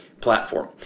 platform